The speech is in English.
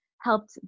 helped